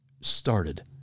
started